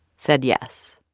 said yes